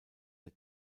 der